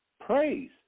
praise